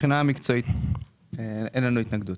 מבחינה מקצועית אין לנו התנגדות.